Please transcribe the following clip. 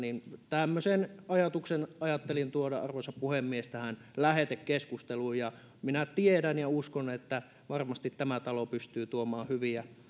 tämmöisen ajatuksen ajattelin tuoda arvoisa puhemies tähän lähetekeskusteluun minä tiedän ja uskon että varmasti tämä talo pystyy lopulta tuomaan hyviä